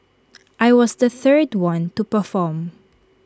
I was the third one to perform